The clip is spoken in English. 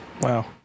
Wow